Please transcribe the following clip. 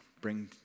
bring